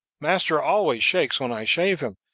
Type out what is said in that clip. master always shakes when i shave him.